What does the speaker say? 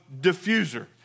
diffuser